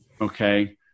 Okay